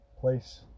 place